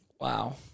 Wow